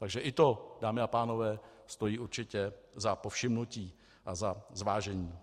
Takže i to, dámy a pánové, stojí určitě za povšimnutí a za zvážení.